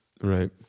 Right